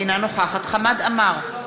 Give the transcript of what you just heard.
אינה נוכחת חמד עמאר,